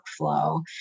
workflow